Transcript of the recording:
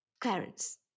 Clarence